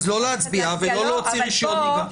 אז לא להצביע ולא להוציא רישיון נהיגה.